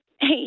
hey